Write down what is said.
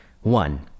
One